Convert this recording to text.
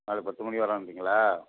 நாளைக்கு பத்து மணிக்கு வரேன்றீங்களா